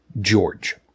George